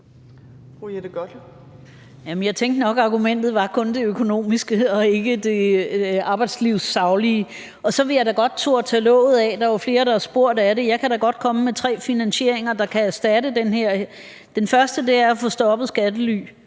jeg tænkte nok, at argumentet kun var det økonomiske og ikke det arbejdslivssaglige. Og så vil jeg da godt turde tage låget af – der er flere, der har spurgt til det. Jeg kan da godt komme med tre finansieringer, der kan erstatte den her. Den første er at få stoppet skattely,